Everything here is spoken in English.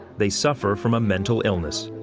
they suffer from a mental illness.